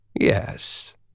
Yes